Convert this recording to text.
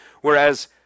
Whereas